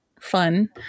fun